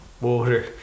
water